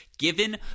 given